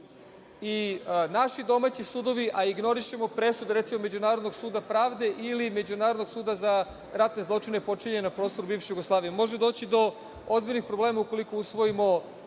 i naši domaći sudovi, a ignorišemo presude, recimo, Međunarodnog suda pravde ili Međunarodnog suda za ratne zločina počinjene na prostoru bivše Jugoslavije. Može doći do ozbiljnih problema ukoliko usvojimo